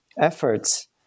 efforts